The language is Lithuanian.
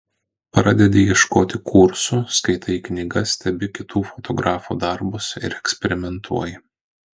pradedi ieškoti kursų skaitai knygas stebi kitų fotografų darbus ir eksperimentuoji